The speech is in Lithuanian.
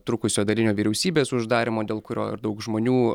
trukusio dalinio vyriausybės uždarymo dėl kurio ir daug žmonių